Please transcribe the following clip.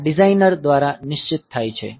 આ ડિઝાઇનર દ્વારા નિશ્ચિત થાય છે